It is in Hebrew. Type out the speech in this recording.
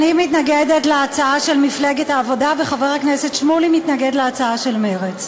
אני מתנגדת להצעה של מפלגת העבודה וחבר הכנסת שמולי מתנגד להצעה של מרצ,